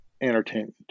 entertainment